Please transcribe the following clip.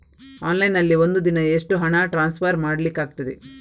Online ನಲ್ಲಿ ಒಂದು ದಿನ ಎಷ್ಟು ಹಣ ಟ್ರಾನ್ಸ್ಫರ್ ಮಾಡ್ಲಿಕ್ಕಾಗ್ತದೆ?